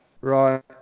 Right